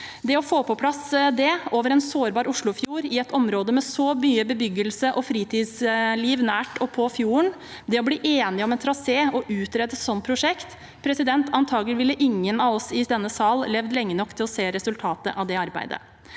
å få på plass bru over en sårbar Oslofjord i et område med så mye bebyggelse og fritidsliv nært og på fjorden, og å bli enige om en trasé og utrede et slikt prosjekt, ville antakelig ingen av oss i denne sal levd lenge nok til å se resultatet av det arbeidet.